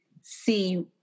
see